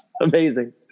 amazing